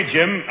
Jim